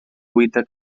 evita